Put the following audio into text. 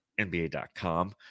NBA.com